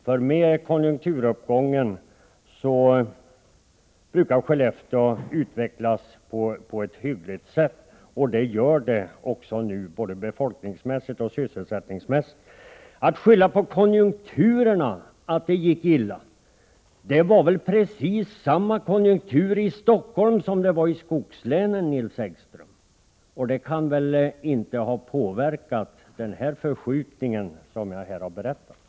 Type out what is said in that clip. Vid en konjunkturuppgång brukar Skellefteå utvecklas på ett hyggligt sätt, och så sker också nu, både befolkningsmässigt och sysselsättningsmässigt. Det kan inte vara riktigt att skylla på konjunkturerna att det gick illa. Det var väl precis samma konjunkturer i Stockholm som i skogslänen, Nils Häggström. Konjunkturerna kan väl inte ha påverkat den förskjutning som jag här berättat om.